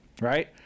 Right